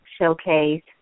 showcase